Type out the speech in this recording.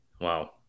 Wow